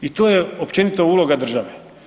I to je općenito uloga države.